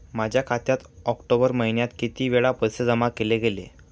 माझ्या खात्यात ऑक्टोबर महिन्यात किती वेळा पैसे जमा केले गेले?